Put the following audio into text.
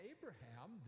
Abraham